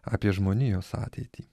apie žmonijos ateitį